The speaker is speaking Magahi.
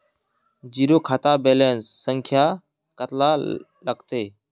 जीरो खाता बैलेंस संख्या कतला लगते?